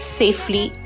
safely